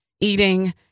eating